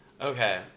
okay